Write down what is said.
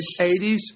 80s